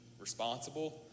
responsible